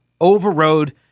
overrode